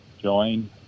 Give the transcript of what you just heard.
join